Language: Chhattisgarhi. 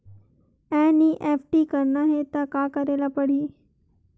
एन.ई.एफ.टी करना हे त का करे ल पड़हि?